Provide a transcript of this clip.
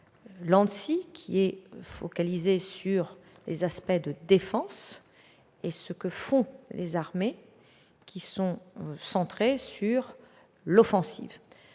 l'ANSSI, qui est focalisée sur les aspects de défense, et ce que font les armées, qui sont centrées sur l'offensive.